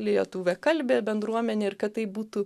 lietuviakalbė bendruomenė ir kad tai būtų